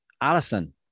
Allison